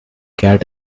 cat